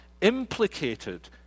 implicated